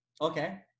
Okay